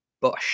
bush